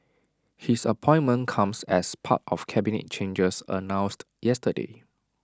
his appointment comes as part of cabinet changes announced yesterday